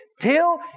till